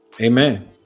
amen